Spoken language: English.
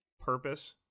purpose